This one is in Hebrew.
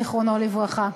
זיכרונו לברכה.